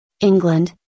England